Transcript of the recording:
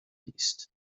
نیست